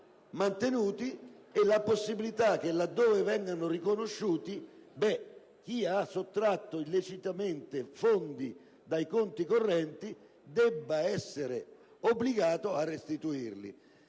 mantenuti e la possibilità che, laddove vengano riconosciuti, chi ha sottratto illecitamente fondi dai conti correnti sia obbligato a restituirli.